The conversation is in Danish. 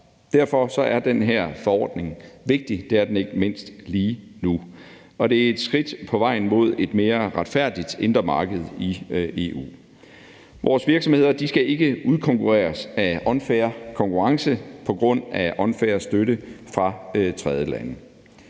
Derfor er den her forordning vigtig, og det er den ikke mindst lige nu, og den er et skridt på vejen mod et mere retfærdigt indre marked i EU. Vores virksomheder skal ikke udkonkurreres af unfair konkurrence på grund af unfair støtte fra tredjelande.